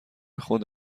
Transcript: خود